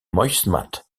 muismat